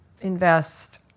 invest